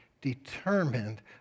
determined